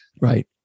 Right